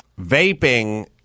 Vaping